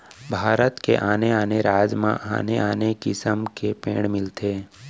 भारत के आने आने राज म आने आने किसम के पेड़ मिलथे